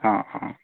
অ' অ'